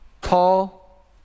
Paul